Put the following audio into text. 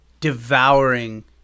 devouring